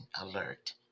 alert